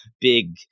big